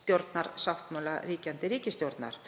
stjórnarsáttmála ríkjandi ríkisstjórnar.